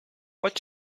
what